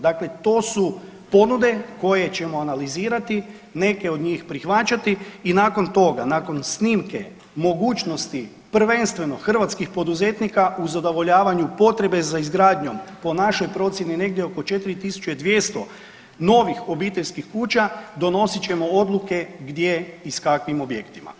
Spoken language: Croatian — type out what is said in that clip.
Dakle, to su ponude koje ćemo analizirati, neke od njih prihvaćati i nakon toga, nakon snimke mogućnosti, prvenstveno hrvatskih poduzetnika u zadovoljavanju potrebe za izgradnjom, po našoj procjeni negdje oko 4 200 novih obiteljskih kuća, donosit ćemo odluke gdje i s kakvim objektima.